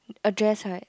a dress right